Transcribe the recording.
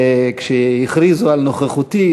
וכשהכריזו על נוכחותי,